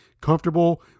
comfortable